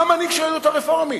המנהיג של היהדות הרפורמית,